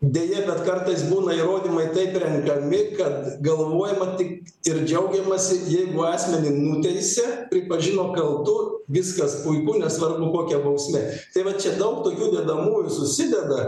deja bet kartais būna įrodymai taip renkami kad galvojama tik ir džiaugiamasi jeigu asmenį nuteisė pripažino kaltu viskas puiku nesvarbu kokia bausmė tai va čia daug tokių dedamųjų susideda